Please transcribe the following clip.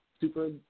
super